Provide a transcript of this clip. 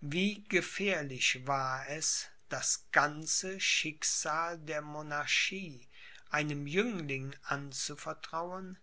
wie gefährlich war es das ganze schicksal der monarchie einem jüngling anzuvertrauen